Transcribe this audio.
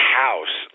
house